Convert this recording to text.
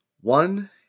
One